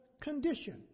condition